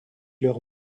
leurs